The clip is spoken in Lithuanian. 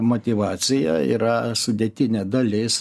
motyvacija yra sudėtinė dalis